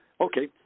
Okay